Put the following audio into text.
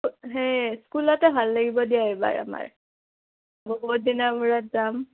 সেই স্কুলতে ভাল লাগিব দিয়া এইবাৰ আমাৰ বহুত দিনৰ মূৰত যাম